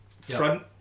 front